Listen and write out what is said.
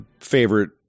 favorite